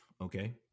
Okay